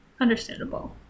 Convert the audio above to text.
Understandable